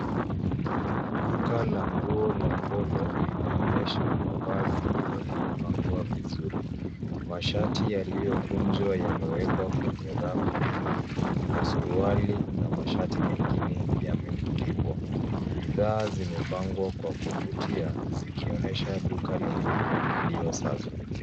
Duka la nguo la polo , linaonyesha mavazi yaliopangwa vizuri. Mashati yaliokunjwa yamewekwa kwenye rafu nyingi, na suruali, na mashati mengine, yametundikwa. Bidhaa zimepangwa kwa kuvutia, zikionyesha duka lenye mpangilio safi.